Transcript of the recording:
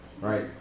right